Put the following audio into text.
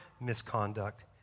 misconduct